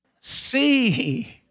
See